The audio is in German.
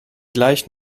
gleich